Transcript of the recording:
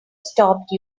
stopped